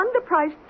underpriced